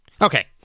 Okay